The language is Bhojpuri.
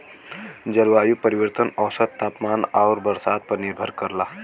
जलवायु परिवर्तन औसत तापमान आउर बरसात पर निर्भर करला